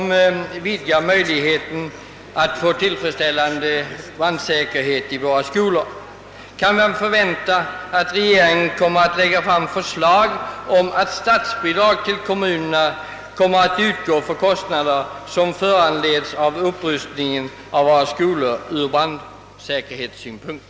Med anledning av vad jag här anfört hemställer jag om kammarens tillstånd att till herr statsrådet och chefen för ecklesiastikdepartementet få ställa följande frågor: Kan man förvänta att regeringen kommer att lägga fram förslag om att statsbidrag till kommunerna skall utgå för kostnader som föranleds av upprustning av skolor ur brandsäkerhetssynpunkt?